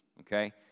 okay